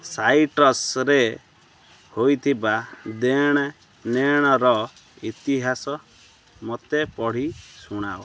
ସାଇଟ୍ରସ୍ରେ ହେଇଥିବା ଦେଣନେଣର ଇତିହାସ ମୋତେ ପଢ଼ି ଶୁଣାଅ